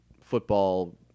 football